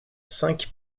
cinq